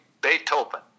Beethoven